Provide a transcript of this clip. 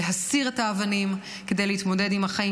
להסיר את האבנים כדי להתמודד עם החיים,